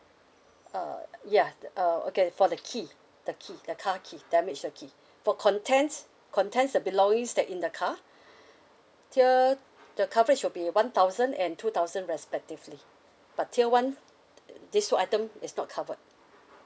uh yeah uh okay for the key the key the car key damaged your key for contents contents the belongings that in the car tier the coverage will be one thousand and two thousand respectively but tier one this whole item is not covered